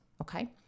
Okay